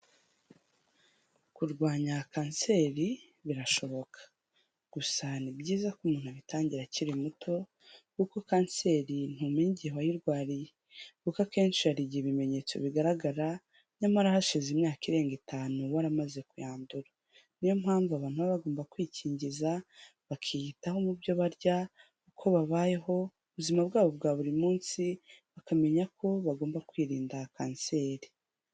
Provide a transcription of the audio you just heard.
Kurwanya kanseri birashoboka, gusa ni byiza ko umuntu abitangira akiri muto, kuko kanseri ntumenya igihe wayirwariye, kuko akenshi hari igihe ibimenyetso bigaragara nyamara hashize imyaka irenga itanu waramaze kuyandura, niyo mpamvu abantu baba bagomba kwikingiza, bakiyitaho mu byo barya, uko babayeho, mu ubuzima bwabo bwa buri munsi bakamenya ko bagomba kwirinda kanseri.